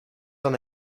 dan